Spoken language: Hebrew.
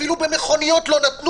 כי אפילו במכוניות לא נתנו,